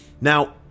Now